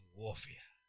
warfare